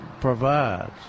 provides